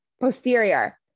posterior